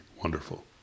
wonderful